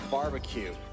Barbecue